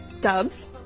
dubs